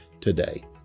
today